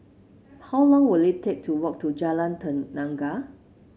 how long will it take to walk to Jalan Tenaga